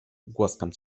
głaskam